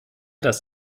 das